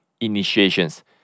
initiations